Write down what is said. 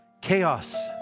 chaos